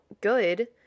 good